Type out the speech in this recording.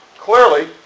clearly